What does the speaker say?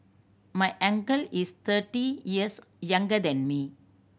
my uncle is thirty years younger than me